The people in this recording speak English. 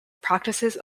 practices